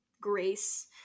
grace